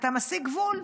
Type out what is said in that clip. אתה מסיג גבול,